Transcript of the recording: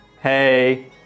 Hey